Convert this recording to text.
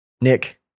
Nick